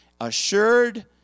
assured